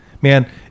man